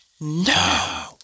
No